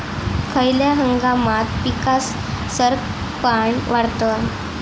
खयल्या हंगामात पीका सरक्कान वाढतत?